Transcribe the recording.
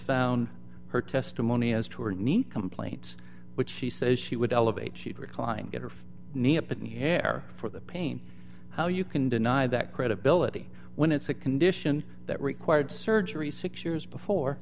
found her testimony as to or need complaints which she says she would elevate she reclined get her knee up an air for the pain how you can deny that credibility when it's a condition that required surgery six years before